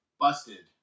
busted